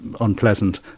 unpleasant